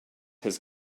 his